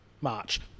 March